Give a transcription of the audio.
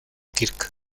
kirk